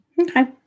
Okay